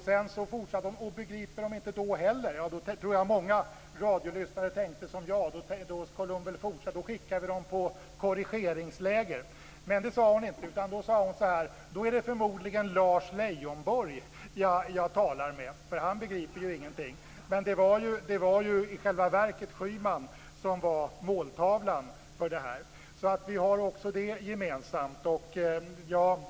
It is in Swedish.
Sedan fortsatte hon: Begriper man inte då heller - jag tror att många radiolyssnare tänkte som jag, att då skickas de väl på korrigeringsläger, men det sade hon inte - är det förmodligen Lars Leijonborg som jag talar med, för han begriper ju ingenting. Men det var ju i själva verket Schyman som var måltavlan. Så vi har också det gemensamt.